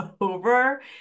over